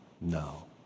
No